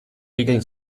regeln